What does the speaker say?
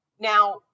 Now